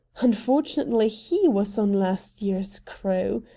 unfortunately he was on last year's crew!